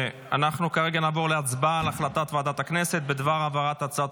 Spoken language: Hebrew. כרגע נעבור להצבעה על החלטת ועדת הכנסת בדבר העברת הצעת